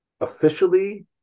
officially